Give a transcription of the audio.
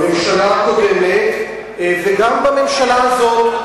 בממשלה הקודמת וגם בממשלה הזאת.